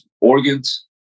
organs